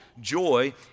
joy